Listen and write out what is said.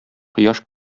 кояш